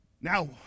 Now